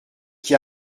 qui